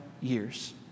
years